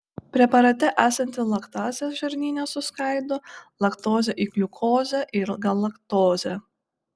preparate esanti laktazė žarnyne suskaido laktozę į gliukozę ir galaktozę